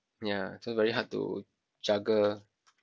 ya so very hard to juggle